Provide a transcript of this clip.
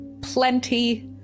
plenty